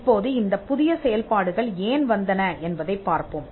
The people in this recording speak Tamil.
இப்போது இந்தப் புதிய செயல்பாடுகள் ஏன் வந்தன என்பதைப் பார்ப்போம்